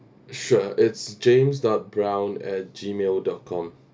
sure it's james dot brown at gmail dot com